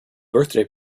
birthday